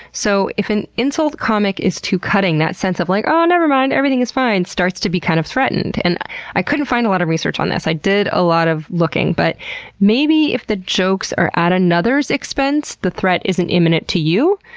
so, if an insult comic is too cutting, that sense of, like oh! never mind, everything is fine starts to be kind of threatened. and i couldn't find a lot of research on this. i did a lot of looking, but maybe if the jokes are at another's expense, the threat isn't imminent to you,